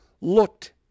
looked